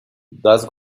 das